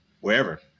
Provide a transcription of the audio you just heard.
wherever